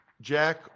Jack